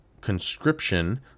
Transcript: conscription